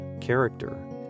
character